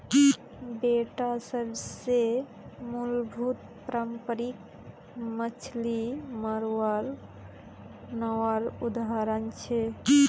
बेडा सबसे मूलभूत पारम्परिक मच्छ्ली मरवार नावर उदाहरण छे